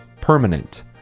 permanent